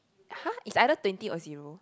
!huh! it's either twenty or zero